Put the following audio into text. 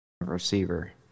receiver